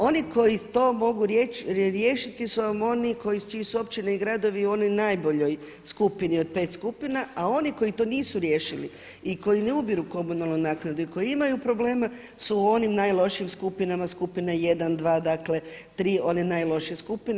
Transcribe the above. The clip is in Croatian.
Oni koji to mogu riješiti su vam oni čiji su općine i gradovi u onoj najboljoj skupini od pet skupina, a oni koji to nisu riješili i koji ne ubiru komunalnu naknadu i koji imaju problema su oni u najlošijim skupinama, skupine jedan, dva, dakle tri one najlošije skupine.